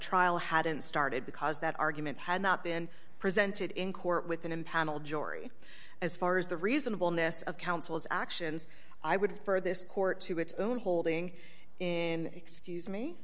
trial hadn't started because that argument had not been presented in court with an impaneled jury as far as the reasonableness of counsel's actions i would refer this court to its own holding in excuse me